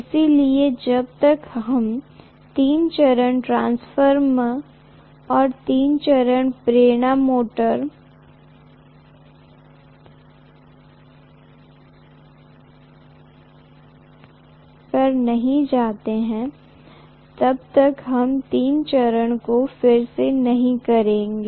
इसलिए जब तक हम तीन चरण ट्रांसफार्मर और तीन चरण प्रेरण मोटर पर नहीं जाते हैं तब तक हम तीन चरण को फिर से नहीं करेंगे